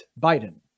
Biden